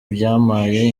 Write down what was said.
byampaye